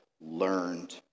learned